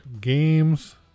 Games